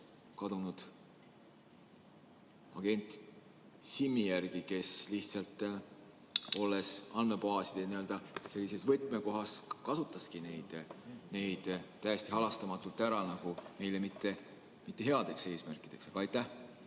kadunud agent Simmi järgi, kes lihtsalt olles andmebaaside võtmekohas, kasutaski neid täiesti halastamatult ära meile mitte headel eesmärkidel. Aga aitäh!